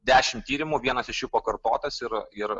dešimt tyrimų vienas iš jų pakartotas ir ir